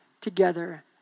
together